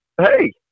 Hey